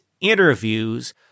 interviews